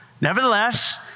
Nevertheless